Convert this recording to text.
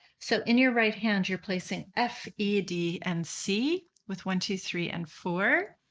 so in your right hand you're placing f e d and c, with one two three and four.